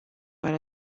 per